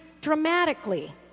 dramatically